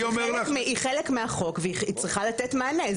היא חלק מהחוק והיא צריכה לתת מענה.